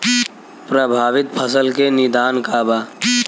प्रभावित फसल के निदान का बा?